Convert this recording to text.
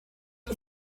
der